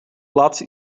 laatste